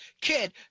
kid